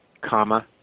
comma